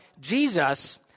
Jesus